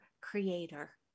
creator